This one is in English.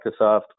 Microsoft